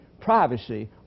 privacy